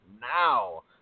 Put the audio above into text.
now